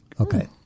Okay